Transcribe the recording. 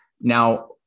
Now